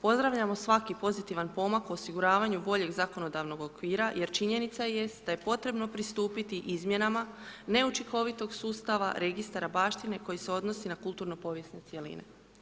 Pozdravljamo svaki pozitivan pomak u osiguravanju boljeg zakonodavnog okvira jer činjenica jest da je potrebno pristupiti izmjenama neučinkovitog sustava registara baštine koji se odnosi na kulturno povijesne cjeline.